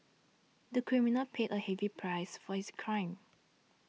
the criminal paid a heavy price for his crime